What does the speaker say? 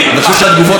אתה מתבייש להיות יהודי.